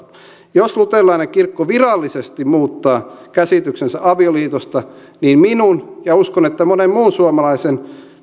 jos luterilainen kirkko virallisesti muuttaa käsityksensä avioliitosta niin minun ja uskon että monen muun suomalaisen